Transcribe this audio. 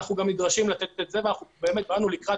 אנחנו גם נדרשים לתת את זה ואנחנו באמת באנו לקראת